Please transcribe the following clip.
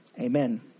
Amen